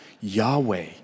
Yahweh